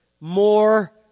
more